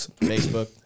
Facebook